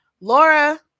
Laura